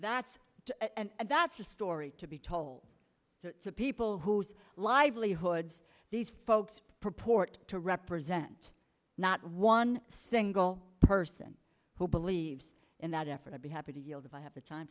and that's a story to be told to people whose livelihoods these folks purport to represent not one single person who believes in that effort i'd be happy to yield if i have the time